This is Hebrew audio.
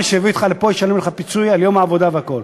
מי שהביא אותך לפה ישלם לך פיצוי על יום העבודה והכול.